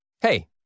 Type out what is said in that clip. Hey